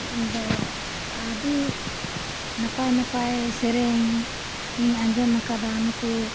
ᱤᱧᱫᱚ ᱟᱹᱰᱤ ᱱᱟᱯᱟᱭ ᱱᱟᱯᱟᱭ ᱥᱮᱨᱮᱧ ᱤᱧ ᱟᱸᱡᱚᱢ ᱟᱠᱟᱫᱟ ᱱᱩᱠᱩ